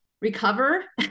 recover